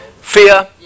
fear